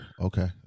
okay